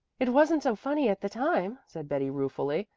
it wasn't so funny at the time, said betty ruefully.